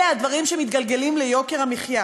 אלה הדברים שמתגלגלים ליוקר המחיה.